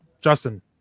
Justin